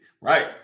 Right